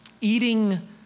eating